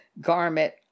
garment